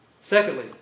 Secondly